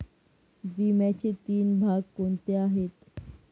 विम्याचे तीन भाग कोणते आहेत?